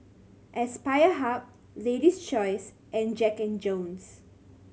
Aspire Hub Lady's Choice and Jack and Jones